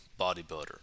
bodybuilder